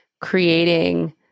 creating